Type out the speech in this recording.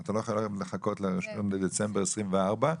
אתה לא חייב לחכות ל-1 בדצמבר 2024,